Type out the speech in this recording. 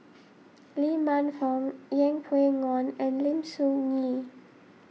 Lee Man Fong Yeng Pway Ngon and Lim Soo Ngee